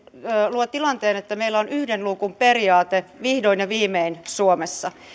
luo tilanteen että meillä on yhden luukun periaate vihdoin ja viimein suomessa